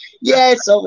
Yes